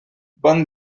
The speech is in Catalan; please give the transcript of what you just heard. bon